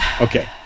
Okay